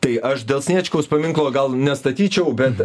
tai aš dėl sniečkaus paminklo gal nestatyčiau bet